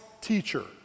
teacher